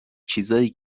چیزایی